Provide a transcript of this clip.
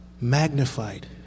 magnified